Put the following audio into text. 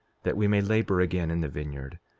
that we may labor again in the vineyard.